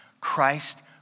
Christ